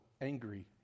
angry